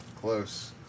Close